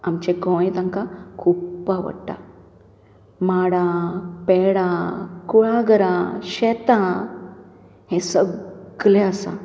आमचें गोंय तांकां खुब्ब आवडटा माडां पेडां कुळागरां शेंतां हें सगलें आसा